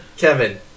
Kevin